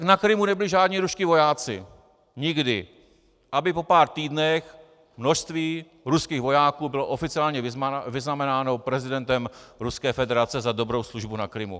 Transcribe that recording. Na Krymu nebyli žádní ruští vojáci, nikdy aby po pár týdnech množství ruských vojáků bylo oficiálně vyznamenáno prezidentem Ruské federace za dobrou službu na Krymu.